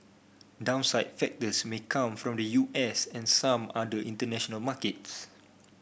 downside factors may come from the U S and some other international markets